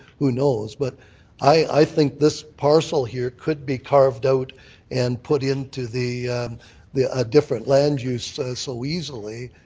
who knows? but i think this parcel here could be carved out and put into the the a different land use so easily.